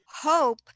Hope